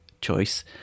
choice